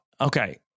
Okay